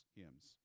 hymns